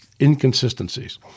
inconsistencies